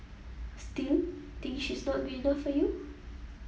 still think she's not good enough for you